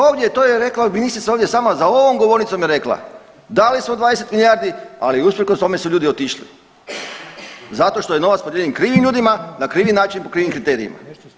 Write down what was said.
Ovdje je, to je rekla ministrica ovdje sama za ovom govornicom je rekla, dali smo 20 milijardi, ali usprkos tome su ljudi otišli zato što je novac podijeljen krivim ljudima na krivi način po krivim kriterijima.